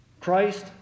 Christ